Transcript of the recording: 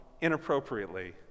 inappropriately